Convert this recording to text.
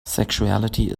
sexuality